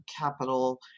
capital